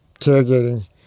tailgating